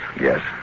Yes